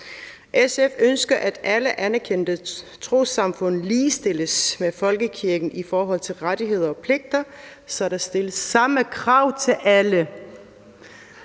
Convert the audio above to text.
SF ønsker, at alle anerkendte trossamfund ligestilles med folkekirken i forhold til rettigheder og pligter, så der stilles samme krav til alle.